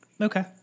Okay